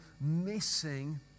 missing